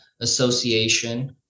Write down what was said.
association